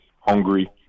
hungry